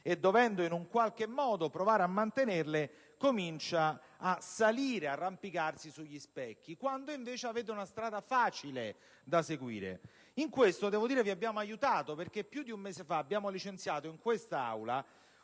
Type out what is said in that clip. provare in un qualche modo a mantenerle, comincia a salire, ad arrampicarsi sugli specchi, quando invece avete una strada facile da seguire. Devo dire che in ciò vi abbiamo aiutato, perché più di un mese fa abbiamo licenziato in quest'Aula